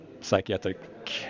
psychiatric